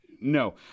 no